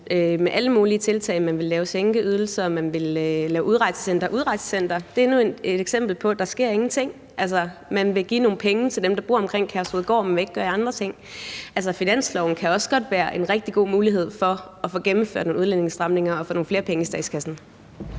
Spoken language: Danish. var alle mulige tiltag – man ville sænke ydelser, og man ville lave udrejsecentre. Udrejsecentrene er endnu et eksempel på, at der ingenting sker. Man vil give nogle penge til dem, der bor omkring Kærshovedgård, men man vil ikke gøre andre ting. Altså, finansloven kan også godt være en rigtig god mulighed for at få gennemført nogle udlændingestramninger og få nogle flere penge i statskassen.